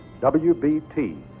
WBT